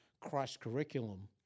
cross-curriculum